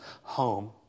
home